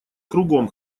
кругом